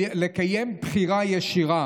לקיים בחירה ישירה